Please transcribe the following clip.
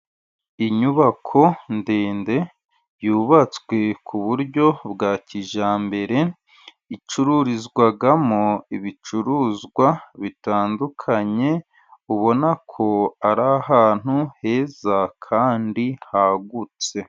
Inyubako ndende yubatswe ku buryo bwa kijyambere, icururizwamo ibicuruzwa bitandukanye, ubona ko ari ahantu heza kandi hagutse.